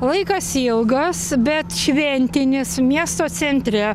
laikas ilgas bet šventinis miesto centre